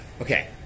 okay